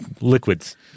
liquids